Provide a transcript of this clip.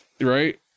Right